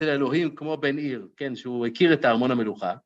אלוהים כמו בן עיר, כן שהוא הכיר את ארמון המלוכה.